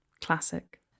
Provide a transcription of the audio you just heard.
Classic